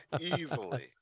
Easily